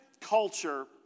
culture